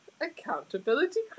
Accountability